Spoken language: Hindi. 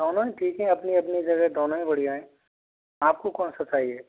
दोनों ही ठीक है अपनी अपनी जगह दोनों ही बढ़िया है आपको कौन सा चाहिए